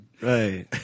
Right